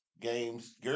games